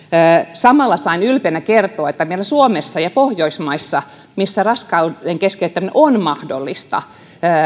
samalla sain ylpeänä kertoa että meillä suomessa ja pohjoismaissa missä raskauden keskeyttämien on mahdollista